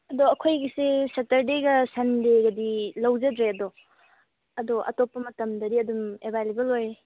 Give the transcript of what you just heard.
ꯑꯗꯣ ꯑꯩꯈꯣꯏꯒꯤꯁꯤ ꯁꯇꯔꯗꯦꯒ ꯁꯟꯗꯦꯒꯗꯤ ꯂꯧꯖꯗ꯭ꯔꯦ ꯑꯗꯣ ꯑꯗꯣ ꯑꯇꯣꯞꯄ ꯃꯇꯝꯗꯗꯤ ꯑꯗꯨꯝ ꯑꯦꯕꯥꯏꯂꯦꯕꯜ ꯑꯣꯏ